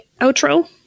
outro